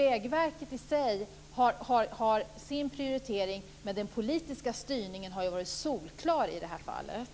Vägverket i sig har sin prioritering, men den politiska styrningen har varit solklar i det här fallet.